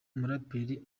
muraperi